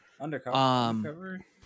Undercover